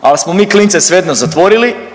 ali smo mi klince svejedno zatvorili,